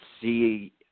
see –